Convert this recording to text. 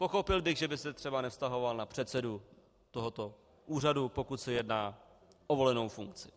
Pochopil bych, že by se třeba nevztahoval na předsedu tohoto úřadu, pokud se jedná o volenou funkci.